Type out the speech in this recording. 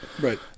Right